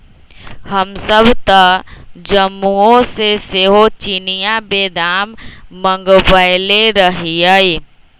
हमसभ तऽ जम्मूओ से सेहो चिनियाँ बेदाम मँगवएले रहीयइ